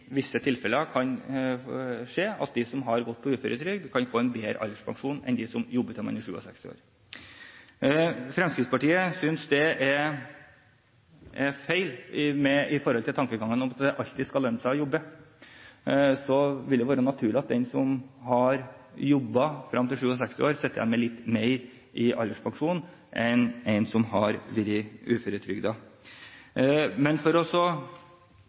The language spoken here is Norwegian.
de som har gått på uføretrygd, kan få en bedre alderspensjon enn dem som jobber til de er 67 år. Fremskrittspartiet synes det er feil med hensyn til tankegangen om at det alltid skal lønne seg å jobbe. Så vil det være naturlig at den som har jobbet frem til 67 år, sitter igjen med litt mer i alderspensjon enn en som har vært